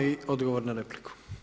I odgovor na repliku.